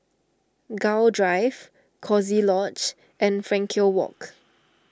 Gul Drive Coziee Lodge and Frankel Walk